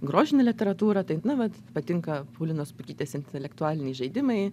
grožinę literatūrą tai na vat patinka paulinos pukytės intelektualiniai žaidimai